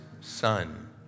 Son